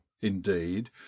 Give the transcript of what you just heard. indeed